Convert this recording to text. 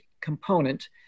component